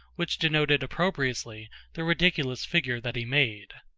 which denoted opprobriously the ridiculous figure that he made.